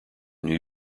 new